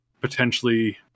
potentially